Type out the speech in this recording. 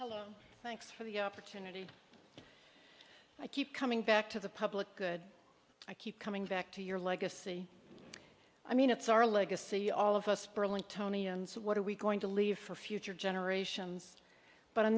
hello thanks for the opportunity i keep coming back to the public good i keep coming back to your legacy i mean it's our legacy all of us berlin tony and so what are we going to leave for future generations but on